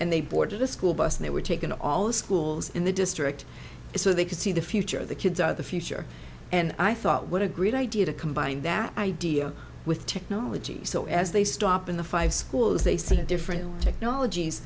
and they boarded the school bus and they were taken all the schools in the district so they could see the future the kids are the future and i thought what a great idea to combine that idea with technology so as they stop in the five schools they see the different technolog